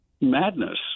madness